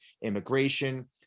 immigration